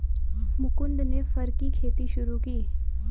मुकुन्द ने फर की खेती शुरू की